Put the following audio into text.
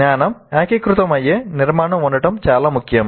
జ్ఞానం ఏకీకృతం అయ్యే నిర్మాణం ఉండటం చాలా ముఖ్యం